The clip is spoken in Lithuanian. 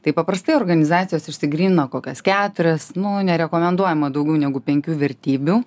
tai paprastai organizacijos išsigrynina kokias keturias nu nerekomenduojama daugiau negu penkių vertybių